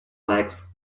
legs